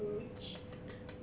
rich